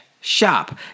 shop